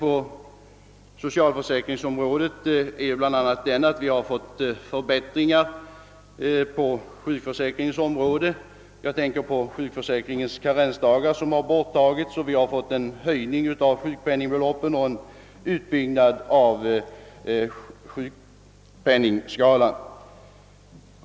På «<:socialförsäkringsområdet har vi bl.a. fått förbättringar av sjukförsäkringen genom att karensdagarna har = borttagits, sjukpenningbeloppen höjts och en utbyggnad av sjukpenningskalan företagits.